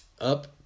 up